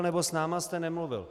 Nebo s námi jste nemluvil.